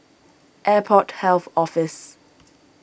Airport Health Office